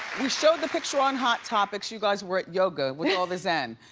we showed the picture on hot topics, you guys were at yoga with all the zen.